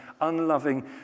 unloving